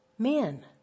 Men